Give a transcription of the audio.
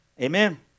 Amen